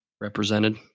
Represented